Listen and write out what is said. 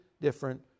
different